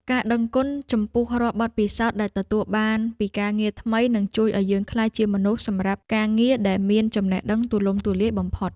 ការដឹងគុណចំពោះរាល់បទពិសោធន៍ដែលទទួលបានពីការងារថ្មីនឹងជួយឱ្យយើងក្លាយជាមនុស្សសម្រាប់ការងារដែលមានចំណេះដឹងទូលំទូលាយបំផុត។